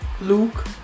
Luke